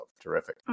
terrific